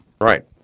Right